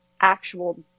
actual